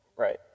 Right